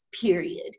period